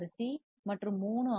C மற்றும் 3 R